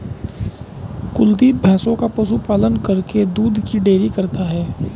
कुलदीप भैंसों का पशु पालन करके दूध की डेयरी करता है